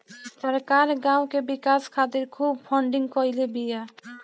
सरकार गांव के विकास खातिर खूब फंडिंग कईले बिया